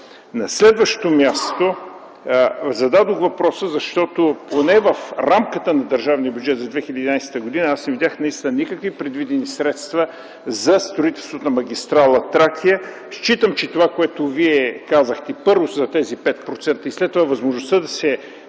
На следващо място, зададох въпроса, защото в рамката на държавния бюджет за 2011 г. аз не видях никакви предвидени средства за строителството на магистрала „Тракия”. Считам, че това, което казахте – първо за петте процента, а след това и възможността да се